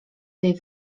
tej